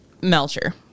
Melcher